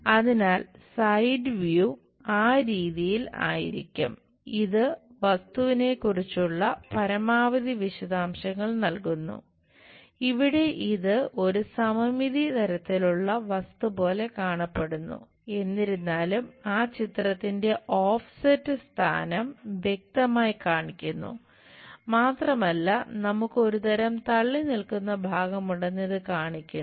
അതിനാൽ side view സ്ഥാനം വ്യക്തമായി കാണിക്കുന്നു മാത്രമല്ല നമുക്ക് ഒരുതരം തള്ളി നിൽക്കുന്ന ഭാഗമുണ്ടെന്ന് ഇത് കാണിക്കുന്നു